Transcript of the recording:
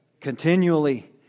Continually